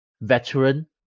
veteran